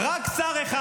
אתה חייב,